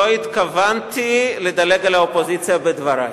לא התכוונתי לדלג על האופוזיציה בדברי.